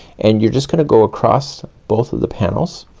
and you're just gonna go across both of the panels,